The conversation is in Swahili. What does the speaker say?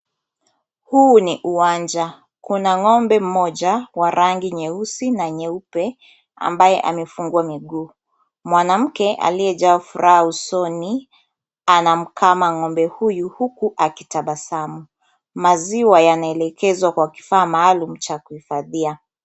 Huu ni uwanja. Kuna ng'ombe mmoja wa rangi nyeusi na nyeupe ambaye amefungwa miguu. Mwanamke aliyejaa furaha usoni anamkama ng'ombe huyu huku akitabasamu. Maziwa yanaelekezwa kwa kifaa maalum cha kuhifadhia.